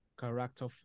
character